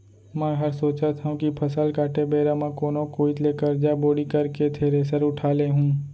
मैं हर सोचत हँव कि फसल काटे बेरा म कोनो कोइत ले करजा बोड़ी करके थेरेसर उठा लेहूँ